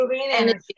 energy